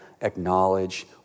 acknowledge